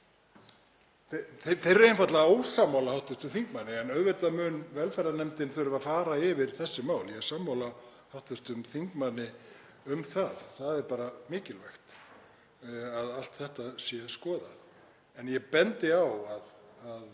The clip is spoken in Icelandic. er einfaldlega ósammála hv. þingmanni. En auðvitað mun velferðarnefnd þurfa að fara yfir þessi mál, ég er sammála hv. þingmanni um það. Það er mikilvægt að þetta sé allt skoðað. En ég bendi á að